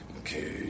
okay